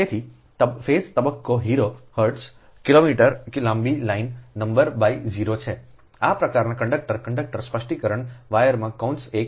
તેથી phase તબક્કા her૦ હર્ટ્ઝ કિલોમીટર લાંબી લાઇનમાં નંબર બાય 0 છે આ પ્રકારનાં કંડક્ટર કંડક્ટર સ્પષ્ટીકરણ વાયરમાં કૌંસ ૧